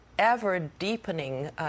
ever-deepening